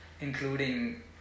including